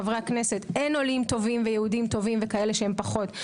חברי הכנסת אין עולים טובים ויהודים טובים וכאלה שהם פחות.